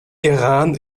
iran